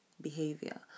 behavior